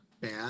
bad